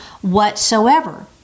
whatsoever